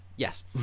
yes